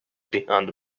beyond